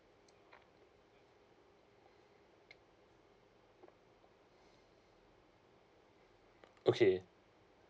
okay